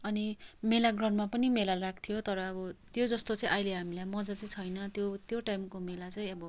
अनि मेला ग्राउण्डमा पनि मेला लाग्थ्यो तर अब त्यो जस्तो चाहिँ अहिले हामीलाई मज्जा चाहिँ छैन त्यो त्यो टाइमको मेला चाहिँ अब